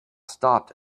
stopped